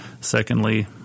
Secondly